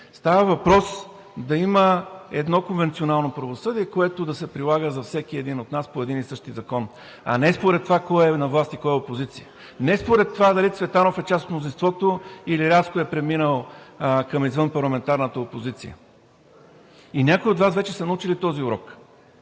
става въпрос да има едно конвенционално правосъдие, което да се прилага за всеки един от нас, по един и същи закон. А не според това кой е на власт и кой е опозиция, не според това дали Цветанов е част от мнозинството, или рязко е преминал към извънпарламентарната опозиция. И някои от Вас са научили вече този урок.